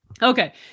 Okay